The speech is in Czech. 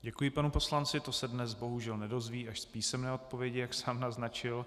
Děkuji panu poslanci, to se dnes bohužel nedozví, až z písemné odpovědi, jak sám naznačil.